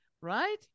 Right